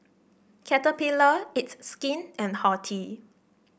Caterpillar It's Skin and Horti